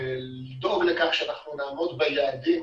לדאוג לכך שאנחנו נעמוד ביעדים